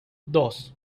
dos